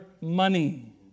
money